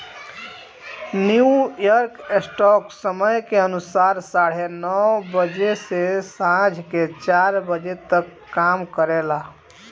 New York stock समय के अनुसार साढ़े नौ बजे से सांझ के चार बजे तक काम करेला